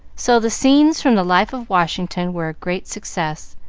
so the scenes from the life of washington were a great success,